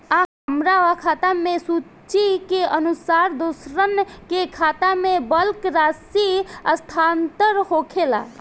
आ हमरा खाता से सूची के अनुसार दूसरन के खाता में बल्क राशि स्थानान्तर होखेला?